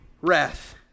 wrath